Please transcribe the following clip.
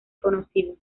conocido